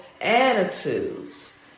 attitudes